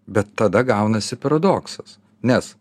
bet tada gaunasi paradoksas nes